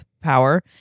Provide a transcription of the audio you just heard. power